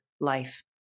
life